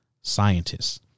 scientists